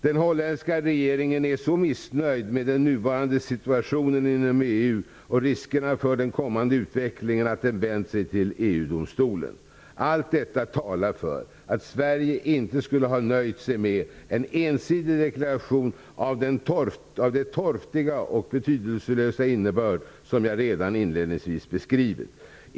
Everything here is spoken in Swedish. Den holländska regeringen är så missnöjd med den nuvarande situationen inom EU och riskerna för den kommande utvecklingen att den vänt sig till Allt detta talar för att Sverige inte skulle ha nöjt sig med en ensidig deklaration av den torftiga och betydelselösa innebörd som jag redan inledningsvis beskrivit.